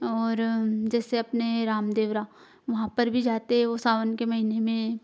और जैसे अपने रामदेवरा वहाँ पर भी जाते वो सावन के महीने में